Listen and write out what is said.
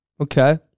Okay